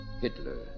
Hitler